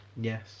Yes